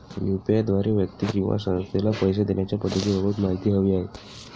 UPI द्वारे व्यक्ती किंवा संस्थेला पैसे देण्याच्या पद्धतींबाबत माहिती हवी आहे